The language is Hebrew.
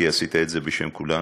כי עשית את זה בשם כולנו,